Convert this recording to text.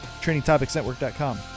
TrainingTopicsNetwork.com